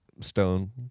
Stone